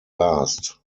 last